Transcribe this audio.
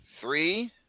Three